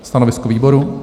Stanovisko výboru?